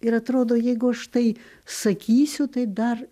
ir atrodo jeigu aš tai sakysiu tai dar